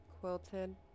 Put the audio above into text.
quilted